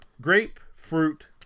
grapefruit